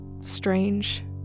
strange